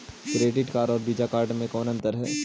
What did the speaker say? Credit card और Visa card मे कौन अन्तर है?